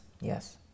Yes